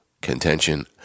contention